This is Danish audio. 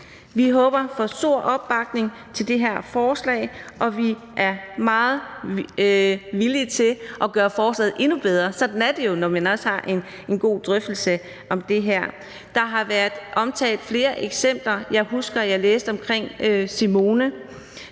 Vi håber på stor opbakning til det her forslag, og vi er meget villige til at gøre forslaget endnu bedre – sådan er det jo, når man også har en god drøftelse om det her. Der har været omtalt flere eksempler. Jeg husker, at jeg læste om Simone.